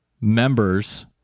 members